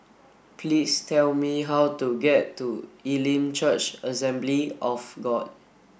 please tell me how to get to Elim Church Assembly of God